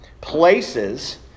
places